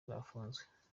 yarafunzwe